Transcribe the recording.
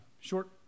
short